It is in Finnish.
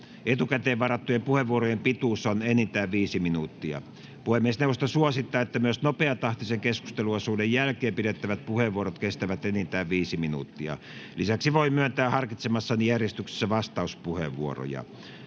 Etukäteen varattujen puheenvuorojen pituus on enintään 5 minuuttia. Puhemiesneuvosto suosittaa, että myös nopeatahtisen keskusteluosuuden jälkeen pidettävät puheenvuorot kestävät enintään 5 minuuttia. Lisäksi voin myöntää harkitsemassani järjestyksessä vastauspuheenvuoroja.